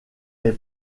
les